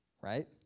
right